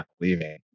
leaving